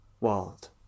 world